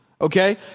Okay